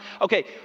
Okay